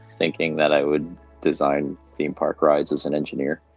thinking that i would design theme park rides as an engineer,